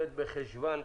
ט' חשוון התשפ"א.